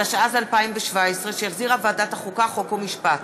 התשע"ז 2017, שהחזירה ועדת החוקה, חוק ומשפט,